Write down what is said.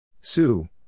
Sue